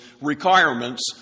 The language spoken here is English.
requirements